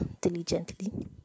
diligently